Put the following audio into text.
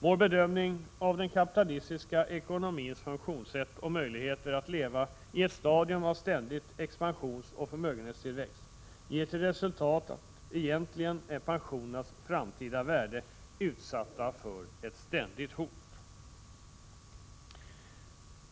Vår bedömning av den kapitalistiska ekonomins funktionssätt och dess möjligheter att leva i ett stadium av ständig expansionsoch förmögenhetstillväxt ger till resultat att pensionernas framtida värde egentligen är utsatt för ett ständigt hot.